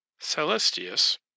Celestius